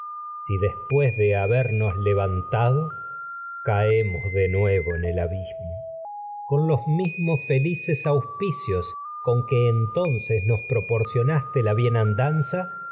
si después de nuevo en habernos levantado caemoñjé el abismo con los mismos felices auspicios con que entonces ahora nos proporcionaste soberano la